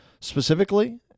specifically